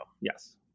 yes